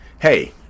hey